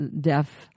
deaf